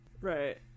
Right